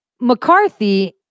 McCarthy